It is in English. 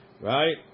Right